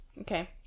Okay